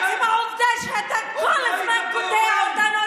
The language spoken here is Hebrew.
אתה כל הזמן קוטע אותנו.